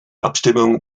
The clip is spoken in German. abstimmung